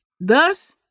Thus